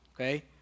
okay